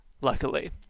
luckily